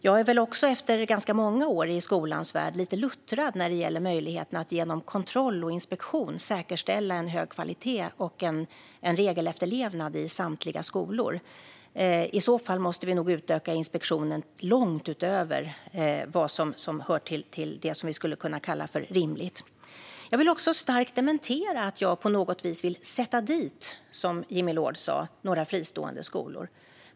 Jag är väl också efter ganska många år i skolans värld lite luttrad när det gäller möjligheten att genom kontroll och inspektion säkerställa en hög kvalitet och en regelefterlevnad i samtliga skolor. I så fall måste vi nog utöka inspektionen långt utöver vad som hör till det som vi skulle kunna kalla för rimligt. Jag vill starkt dementera att jag på något vis vill sätta dit, som Jimmy Loord sa, några fristående skolor.